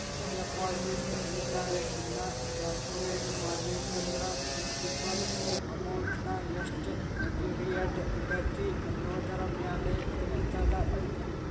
deposit interest ನ calculate ಮಾಡ್ಬೇಕಂದ್ರ principal ಅಮೌಂಟ್ನಾ ಎಷ್ಟ್ ಪಿರಿಯಡ್ ಇಡತಿ ಅನ್ನೋದರಮ್ಯಾಲೆ ತಿಳಿತದ